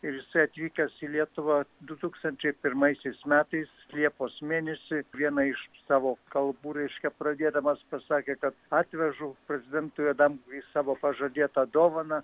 ir jisai atvykęs į lietuvą du tūkstančiai pirmaisiais metais liepos mėnesį vieną iš savo kalbų reiškia pradėdamas pasakė kad atvežu prezidentui adamkui savo pažadėtą dovaną